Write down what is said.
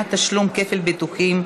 מניעת תשלום כפל ביטוחים),